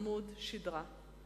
עמוד שדרה.